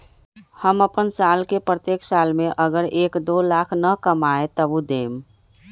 हम अपन साल के प्रत्येक साल मे अगर एक, दो लाख न कमाये तवु देम?